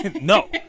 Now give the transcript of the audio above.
no